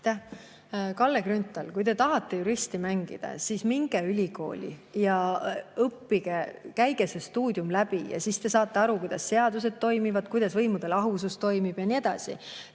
Kalle Grünthal! Kui te tahate juristi mängida, siis minge ülikooli ja õppige, käige see stuudium läbi ja siis te saate aru, kuidas seadused toimivad, kuidas võimude lahusus toimib ja nii edasi.